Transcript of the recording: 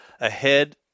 ahead